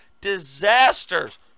disasters